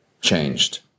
changed